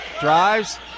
drives